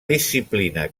disciplina